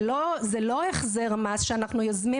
זה לא החזר מס שאנחנו יוזמים,